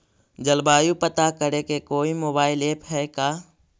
जलवायु पता करे के कोइ मोबाईल ऐप है का?